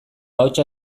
ahotsa